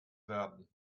werden